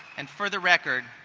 and for the record,